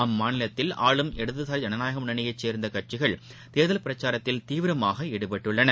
அம்மாநிலத்தில் ஆளும் இடதுசாரி ஜனநாயக முண்ணனியை சேர்ந்த கட்சிகள் தேர்தல் பிரச்சாரத்தில் தீவிரமாக ஈடுபட்டுள்ளனர்